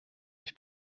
mich